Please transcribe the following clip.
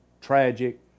tragic